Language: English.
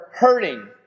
hurting